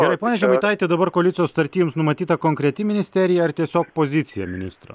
gerai pone žemaitaiti dabar koalicijos sutarty jums numatyta konkreti ministerija ar tiesiog pozicija ministro